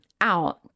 out